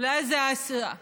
דברים טובים עושים מהר.